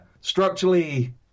structurally